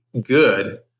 good